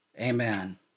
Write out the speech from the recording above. amen